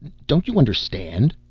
don't you understand?